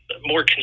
more